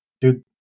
dude